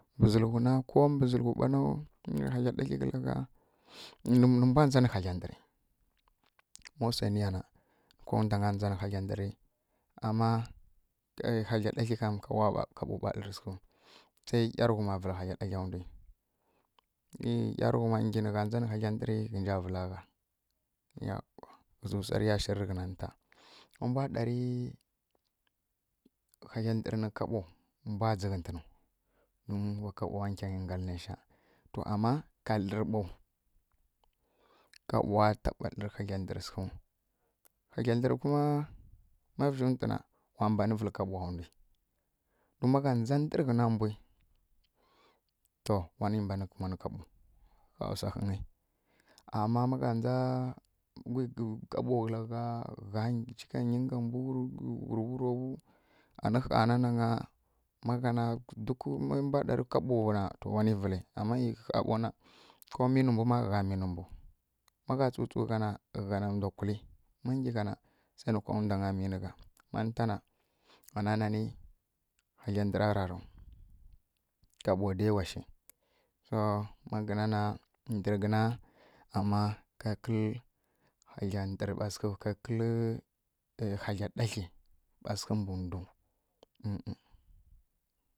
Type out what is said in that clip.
Mbǝ zǝlughu na ko mbǝ zǝlughu ɓanow mi wa hagla ɗagli kǝla gha ma wsa wniyana kowane ndwi wanji dzanǝ hagla ndǝri ama hagla ɗagli kam kaɓo ɓa dlǝrǝ sǝghǝu seˈyarughuma vǝlǝ hagla ɗagli e wa ˈyarughuma ngyi nǝgha ndzanǝ hagla ɗagli se nǝja vǝla gha ghǝzǝ wsa rǝya shǝri rǝghǝna ninta ma mbwa ɗari hagla ndǝr nǝ kaɓo mbwa dzǝghǝtǝnu don wa kaɓowa nkyangyi ngal nesha to ama ka dlǝrǝ ɓo kaɓowa taɓa dlǝri hagla nderi sǝghu kuma ma vǝzjintwuna wa mbanǝ vǝlǝ kaɓowa ndwi don manǝgha dza ndǝr ghǝna mbwi na to wani mbanǝ kumanǝ kaɓo ɦaa wsa hǝngyi ama magha ndza ghwi kaɓo nakǝla gha gha chika nyi nga mbwu rǝ wurowu anǝ ɦaa na nagya na ma ghana duk mambwa ɗarǝ kaɓona wani vǝli ama e ɦaa ɓo na ko myinǝ mbwuma gha myinǝ mbwu magha tsutsughana gha ndwa kuli ma ngyigha na se nǝ kowundangya myine gha mantana wana nani hagla ndera raraw kaɓo dai washi to ma gǝna na nder gǝna ama ka kǝlǝ hagla ndǝrɓa sǝghu ka kǝlǝ hagla ɗatli ɓa sǝghǝ mbi ndwu em em.